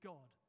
God